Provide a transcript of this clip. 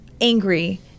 angry